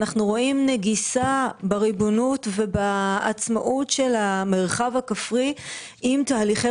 אנחנו רואים נגיסה בריבונות ובעצמאות של המרחב הכפרי עם תהליכי